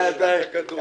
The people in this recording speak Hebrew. עז עם קרניים זה תיש.